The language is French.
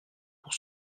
pour